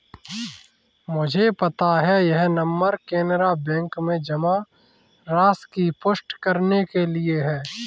मुझे पता है यह नंबर कैनरा बैंक में जमा राशि की पुष्टि करने के लिए है